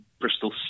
Bristol